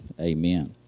Amen